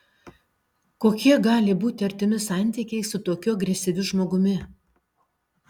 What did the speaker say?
kokie gali būti artimi santykiai su tokiu agresyviu žmogumi